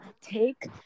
take